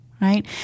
right